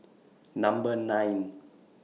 Number nine